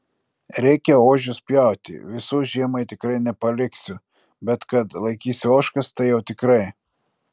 reikia ožius pjauti visų žiemai tikrai nepaliksiu bet kad laikysiu ožkas tai jau tikrai